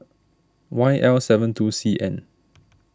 Y L seven two C N